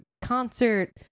concert